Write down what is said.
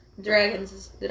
dragons